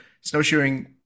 snowshoeing